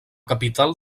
capital